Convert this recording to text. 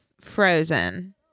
Frozen